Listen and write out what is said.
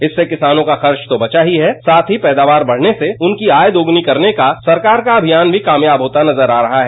इससे किसानों का खर्च तो बचा ही है साथ ही पैदावार बढ़ने से उनकी आय दोगुनी करने का सरकार का अभियान भी कामयाब होता नजर आ रहा है